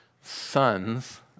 sons